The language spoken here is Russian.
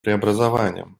преобразованиям